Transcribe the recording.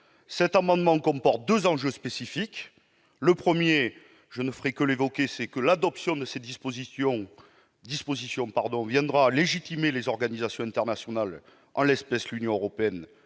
Cet amendement comporte deux enjeux spécifiques. Le premier, qui concerne l'adoption de telles dispositions, viendra légitimer les organisations internationales, en l'espèce l'Union européenne,